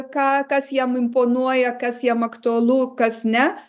ką kas jam imponuoja kas jam aktualu kas ne